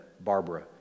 Barbara